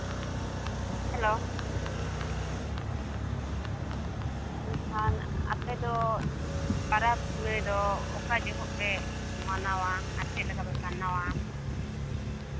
hello ᱢᱮᱱᱠᱷᱟᱱ ᱟᱯᱮ ᱫᱚ ᱯᱚᱨᱚᱵᱽ ᱯᱩᱱᱟᱹᱭ ᱫᱚ ᱚᱠᱟ ᱡᱚᱦᱚᱜ ᱯᱮ ᱢᱟᱱᱟᱣᱟ ᱟᱨ ᱪᱮᱫ ᱞᱮᱠᱟ ᱯᱮ ᱢᱟᱱᱟᱣᱟ